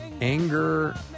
anger